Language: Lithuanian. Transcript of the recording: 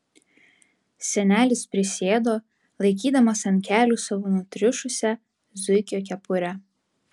senelis prisėdo laikydamas ant kelių savo nutriušusią zuikio kepurę